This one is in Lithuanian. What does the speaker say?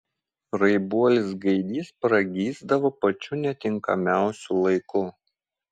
raibuolis gaidys pragysdavo pačiu netinkamiausiu laiku